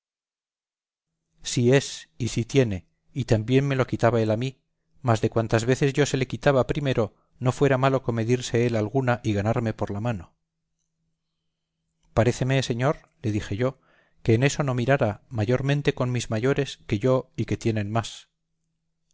y sí tiene y también me lo quitaba él a mí mas de cuantas veces yo se le quitaba primero no fuera malo comedirse él alguna y ganarme por la mano paréceme señor le dije yo que en eso no mirara mayormente con mis mayores que yo y que tienen más